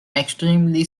extremely